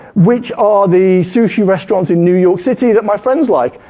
which are the sushi restaurants in new york city that my friends like?